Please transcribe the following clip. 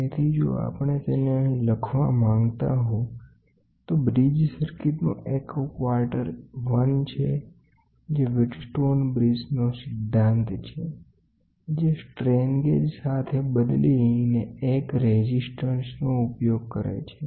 તેથી જો આપણે તેને અહીં લખવા માંગતા હોઇએ તો બ્રીજ સર્કિટનો એક ક્વાર્ટર 1 છે જે સાદો વીટ સ્ટોન બ્રીજનો સિધ્ધાંત છે જે સ્ટ્રેન ગેજ સાથે બદલીને 1 રેઝિસ્ટરનો ઉપયોગ કરે છે